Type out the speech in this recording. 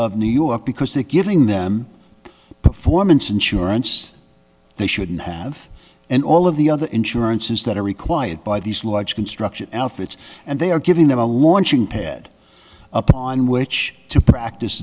of new york because they are giving them performance insurance they shouldn't have and all of the other insurances that are required by these large construction outfits and they are giving them a launching pad upon which to practice